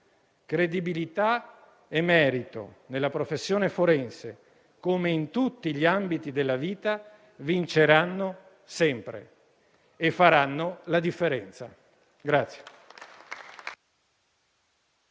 credibilità e merito nella professione forense, come in tutti gli ambiti della vita, vinceranno sempre e faranno la differenza.